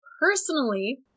Personally